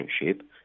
relationship